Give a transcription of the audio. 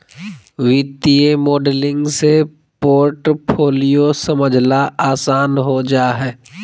वित्तीय मॉडलिंग से पोर्टफोलियो समझला आसान हो जा हय